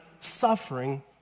suffering